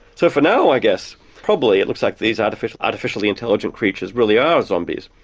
so for now, i guess, probably it looks like these artificially artificially intelligent creatures really are zombies.